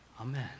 Amen